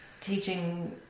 Teaching